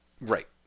Right